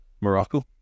Morocco